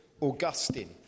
Augustine